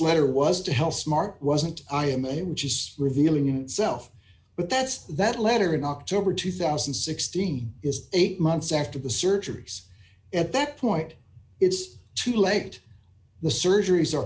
letter was to hell smart wasn't i m a which is revealing itself but that's that letter in october two thousand and sixteen is eight months after the surgeries at that point it's too late the surgeries are